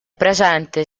presente